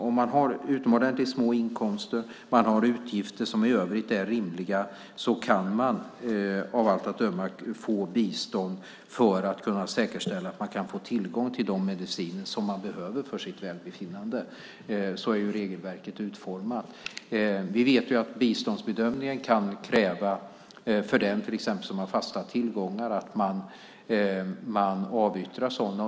Om man har utomordentligt små inkomster och utgifter som är rimliga kan man av allt att döma få bistånd för att säkerställa att man får tillgång till de mediciner som man behöver för sitt välbefinnande. Så är regelverket utformat. Biståndsbedömningen kan kräva att den som har fasta tillgångar avyttrar dem.